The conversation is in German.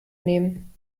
nehmen